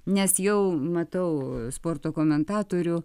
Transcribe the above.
nes jau matau sporto komentatorių